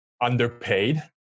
underpaid